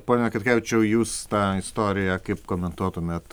pone katkevičiau jūs tą istoriją kaip komentuotumėt